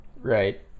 Right